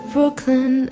Brooklyn